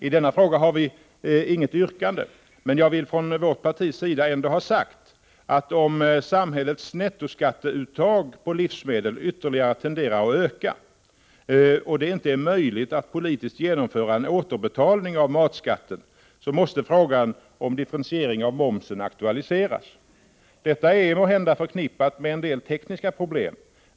I denna fråga har vi inget yrkande, men jag vill från vårt partis sida ändå ha sagt att om samhällets nettoskatteuttag på livsmedel ytterligare tenderar att öka, och det inte är möjligt att politiskt genomföra en återbetalning av matskatten, måste frågan om en differentiering av momsen aktualiseras. Detta är måhända förknippat med en del tekniska problem.